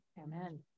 Amen